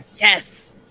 Yes